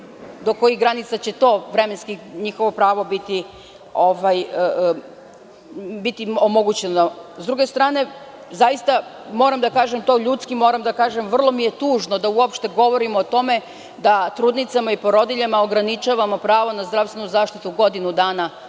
do koje granice će to vremenski njihovo pravo biti omogućeno?S druge strane, zaista moram da kažem da je vrlo tužno da uopšte govorimo o tome da trudnicama i porodiljama ograničavamo pravo na zdravstvenu zaštitu godinu dana,